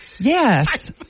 Yes